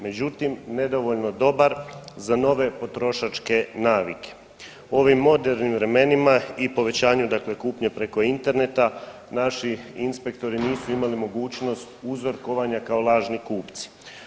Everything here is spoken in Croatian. Međutim nedovoljno dobar za nove potrošačke navike u ovim modernim vremenima i povećanju dakle kupnje preko interneta naši inspektori nisu imali mogućnost uzorkovanja kao lažni kupci.